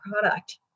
product